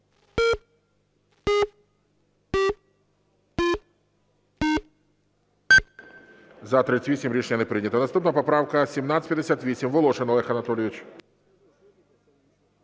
За-38 Рішення не прийнято. Наступна поправка 1757. Волошин Олег Анатолійович.